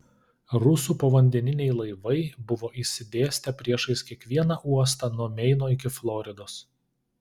rusų povandeniniai laivai buvo išsidėstę priešais kiekvieną uostą nuo meino iki floridos